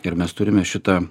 ir mes turime šitą